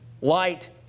light